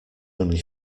only